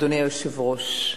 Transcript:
אדוני היושב-ראש,